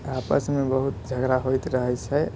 आपसमे बहुत झगड़ा होइत रहैत छै